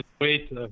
wait